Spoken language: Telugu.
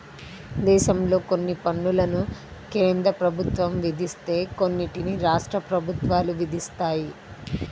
దేశంలో కొన్ని పన్నులను కేంద్ర ప్రభుత్వం విధిస్తే కొన్నిటిని రాష్ట్ర ప్రభుత్వాలు విధిస్తాయి